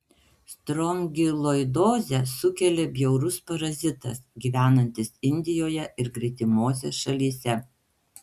strongiloidozę sukelia bjaurus parazitas gyvenantis indijoje ir gretimose šalyse